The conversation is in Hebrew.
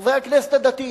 חברי הכנסת הדתיים,